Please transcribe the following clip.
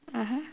mmhmm